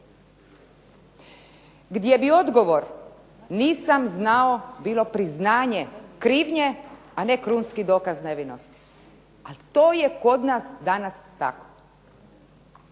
Gdje bi odgovor „Nisam znao“ bilo priznanje krivnje a ne krunski dokaz nevinosti. Ali to je kod nas danas tako.